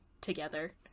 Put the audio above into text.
together